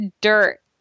dirt